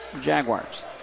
Jaguars